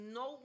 no